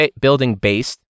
building-based